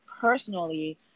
personally